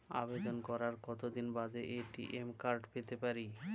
আবেদন করার কতদিন বাদে এ.টি.এম কার্ড পেতে পারি?